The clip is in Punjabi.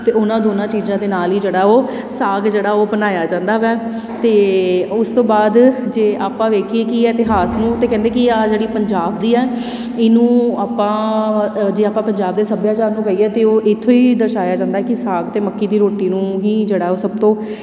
ਅਤੇ ਉਹਨਾਂ ਦੋਨਾਂ ਚੀਜ਼ਾਂ ਦੇ ਨਾਲ ਹੀ ਜਿਹੜਾ ਉਹ ਸਾਗ ਜਿਹੜਾ ਉਹ ਬਣਾਇਆ ਜਾਂਦਾ ਵੈ ਅਤੇ ਉਸ ਤੋਂ ਬਾਅਦ ਜੇ ਆਪਾਂ ਵੇਖੀਏ ਕਿ ਇਤਿਹਾਸ ਨੂੰ ਅਤੇ ਕਹਿੰਦੇ ਕਿ ਆਹ ਜਿਹੜੀ ਪੰਜਾਬ ਦੀ ਹੈ ਇਹਨੂੰ ਆਪਾਂ ਜੇ ਆਪਾਂ ਪੰਜਾਬ ਦੇ ਸੱਭਿਆਚਾਰ ਨੂੰ ਕਹੀਏ ਤਾਂ ਉਹ ਇੱਥੋਂ ਹੀ ਦਰਸਾਇਆ ਜਾਂਦਾ ਕਿ ਸਾਗ ਅਤੇ ਮੱਕੀ ਦੀ ਰੋਟੀ ਨੂੰ ਹੀ ਜਿਹੜਾ ਉਹ ਸਭ ਤੋਂ